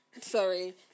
sorry